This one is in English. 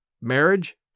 Marriage